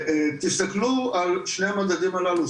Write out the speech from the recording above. תסתכלו על שני המדדים הללו,